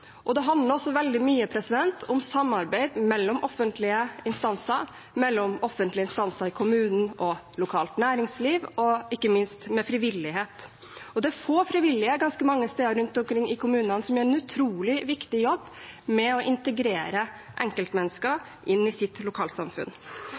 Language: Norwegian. og det handler også veldig mye om samarbeid mellom offentlige instanser, mellom offentlige instanser i kommunen og lokalt næringsliv og ikke minst med frivillighet. Det er mange frivillige ganske mange steder rundt omkring i kommunene som gjør en utrolig viktig jobb med å integrere enkeltmennesker